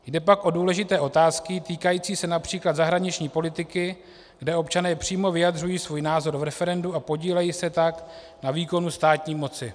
Jde pak o důležité otázky týkající se například zahraniční politiky, kde občané přímo vyjadřují svůj názor v referendu a podílejí se tak na výkonu státní moci.